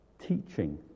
teaching